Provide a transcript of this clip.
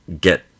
get